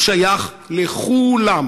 הוא שייך לכולם,